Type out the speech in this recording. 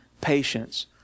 patience